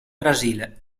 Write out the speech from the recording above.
brasile